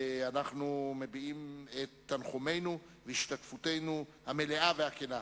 אנחנו מביעים את תנחומינו ואת השתתפותנו המלאה והכנה.